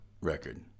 record